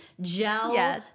gel